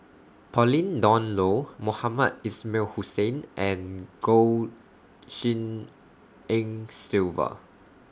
Pauline Dawn Loh Mohamed Ismail Hussain and Goh Tshin En Sylvia